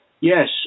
yes